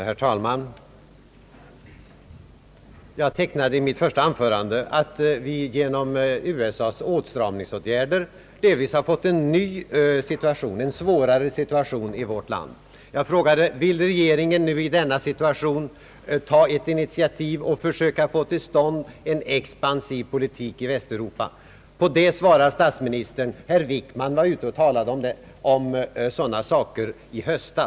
Herr talman! Jag angav i mitt första anförande att vi genom USA:s åtstramningsåtgärder delvis har fått en ny och svårare situation i vårt land. Jag frågade om regeringen i denna situation vill ta ett initiativ och försöka få till stånd en expansiv politik i Västeuropa. På det svarar statsministern: herr Wickman var ute och talade om sådana saker i höstas.